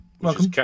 Welcome